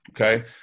Okay